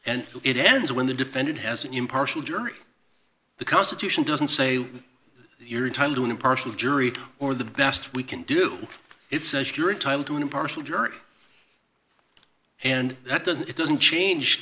and it ends when the defendant has an impartial jury the constitution doesn't say you're entitled to an impartial jury or the best we can do it says you're entitled to an impartial jury and that doesn't it doesn't change